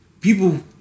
People